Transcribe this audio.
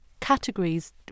categories